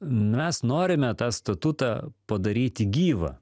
mes norime tą statutą padaryti gyvą